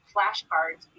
flashcards